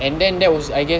and then that was I guess